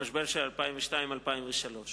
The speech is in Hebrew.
המשבר של 2002 ו-2003.